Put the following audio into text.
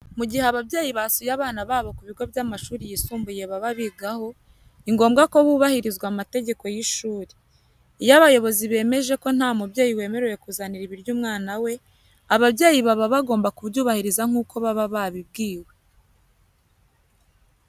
Mu gihe ababyeyi basuye abana babo ku bigo by'amashuri yisumbuye baba bigaho, ni ngombwa ko hubahirizwa amategeko y'ishuri. Iyo abayobozi bemeje ko nta mubyeyi wemerewe kuzanira ibiryo umwana we, ababyeyi baba bagomba kubyubahiriza nkuko baba babibwiwe.